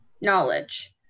knowledge